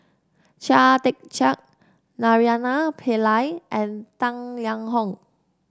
Chia Tee Chiak Naraina Pillai and Tang Liang Hong